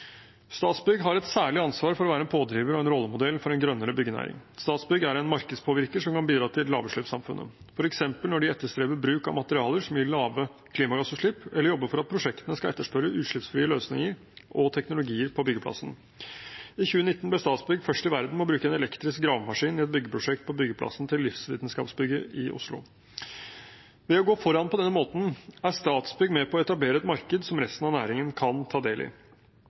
Statsbygg har et særlig ansvar for å være en pådriver og en rollemodell for en grønnere byggenæring. Statsbygg er en markedspåvirker som kan bidra til lavutslippssamfunnet, f.eks. når de etterstreber bruk av materialer som gir lave klimagassutslipp, eller jobber for at prosjektene skal etterspørre utslippsfrie løsninger og teknologier på byggeplassen. I 2019 ble Statsbygg først i verden til å bruke en elektrisk gravemaskin i et byggeprosjekt på byggeplassen til livsvitenskapsbygget i Oslo. Ved å gå foran på denne måten er Statsbygg med på å etablere et marked som resten av næringen kan ta del i.